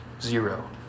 zero